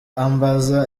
ambaza